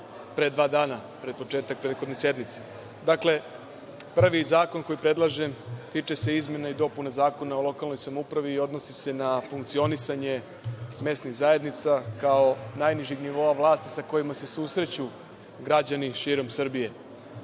pre dva dana, pred početak prethodne sednice. Prvi zakon koji predlažem tiče se izmene i dopune Zakona o lokalnoj samoupravi i odnosi se na funkcionisanje mesnih zajednica, kao najnižeg nivoa vlasti sa kojima se susreću građani širom Srbije.U